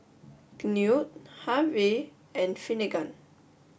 Knute Harve and Finnegan